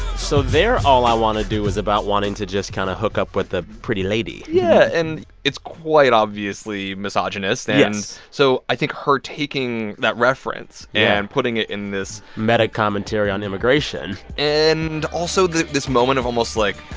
so their all i want to do is about wanting to just kind of hook up with a pretty lady yeah. and it's quite obviously misogynist. and. yes so i think her taking that reference. yeah. and putting it in this. metacommentary on immigration and also this moment of almost, like,